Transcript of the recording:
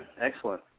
Excellent